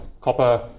copper